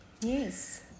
Yes